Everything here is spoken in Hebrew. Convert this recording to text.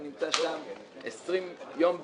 הוא נמצא שם 20 יום בשנה.